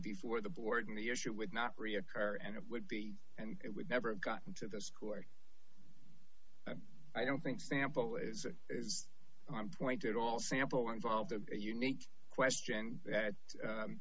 before the board and the issue with not reoccur and it would be and it would never have gotten to this court i don't think sample is on point at all sample involved a unique question that